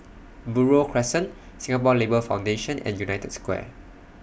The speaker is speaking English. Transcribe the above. Buroh Crescent Singapore Labour Foundation and United Square